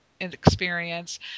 experience